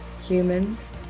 humans